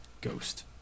Ghost